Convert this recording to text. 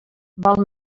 val